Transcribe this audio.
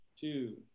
two